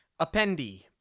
Appendy